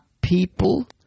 people